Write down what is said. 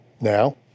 Now